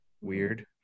Weird